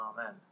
Amen